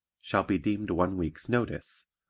shall be deemed one week's notice.